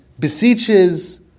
beseeches